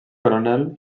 coronel